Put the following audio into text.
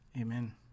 Amen